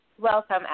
Welcome